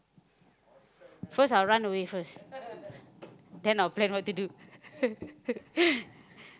first I'll run away first then I'll plan what to do